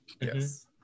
Yes